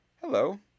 Hello